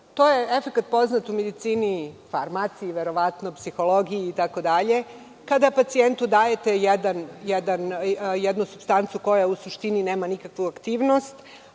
To je efekat poznat u medicini, farmaciji, verovatno psihologiji itd, kada pacijentu dajete jednu supstancu koja u suštini nema nikakvu aktivnost,